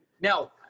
Now